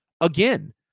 Again